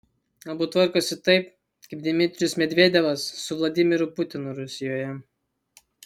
abu tvarkosi taip kaip dmitrijus medvedevas su vladimiru putinu rusijoje